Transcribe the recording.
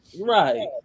right